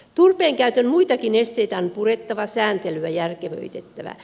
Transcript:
turpeen käytön muitakin esteitä on purettava sääntelyä järkevöitettävä